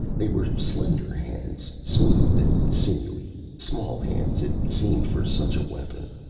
they were slender hands, smooth and sinewy small hands, it seemed, for such a weapon.